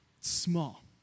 small